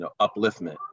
upliftment